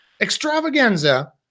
extravaganza